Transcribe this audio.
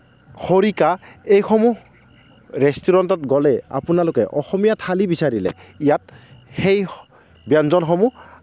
খৰিকা এইসমূহ ৰেষ্টুৰেণ্টত গ'লে আপোনালোকে অসমীয়া থালি বিচাৰিলে ইয়াত সেই ব্যঞ্জন সমূহ